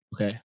Okay